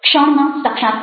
ક્ષણમાં સાક્ષાત્કાર